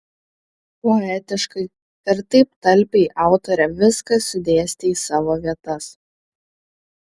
poetiškai ir taip talpiai autorė viską sudėstė į savo vietas